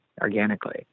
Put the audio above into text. organically